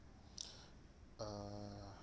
uh